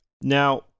now